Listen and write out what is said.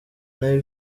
nayo